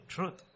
Truth